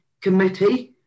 committee